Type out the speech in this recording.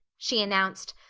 she announced.